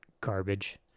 garbage